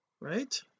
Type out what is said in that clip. right